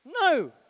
No